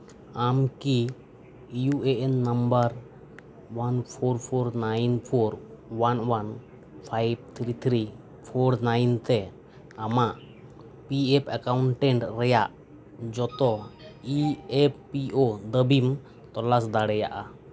ᱟᱢ ᱠᱤ U A N number one four four nine four one one five three three four nine ᱛᱮ ᱟᱢᱟᱜ P F accountant ᱨᱮᱭᱟᱜ ᱡᱚᱛᱚ E F P O ᱫᱟᱹᱵᱤᱢ ᱛᱚᱞᱟᱥ ᱫᱟᱲᱮᱭᱟᱜᱼᱟ